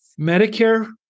Medicare